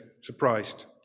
surprised